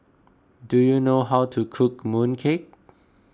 do you know how to cook mooncake